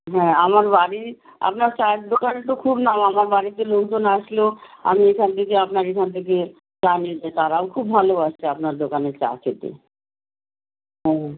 হ্যাঁ আমার বাড়ি আপনার চায়ের দোকানে তো খুব নাম আমার বাড়িতে লোকজন আসলো আমি এখান থেকে আপনার এখান থেকে চা নিয়ে যাই তারাও খুব ভালোবাসে আপনার দোকানের চা খেতে হুম